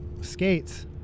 skates